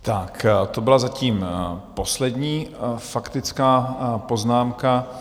Tak to byla zatím poslední faktická poznámka.